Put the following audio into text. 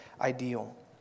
ideal